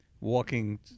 walking